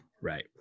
Right